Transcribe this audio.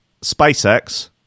SpaceX